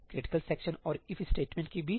critical section और if statement के बीच